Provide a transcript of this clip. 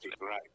right